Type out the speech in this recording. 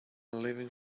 living